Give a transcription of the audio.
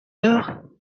heure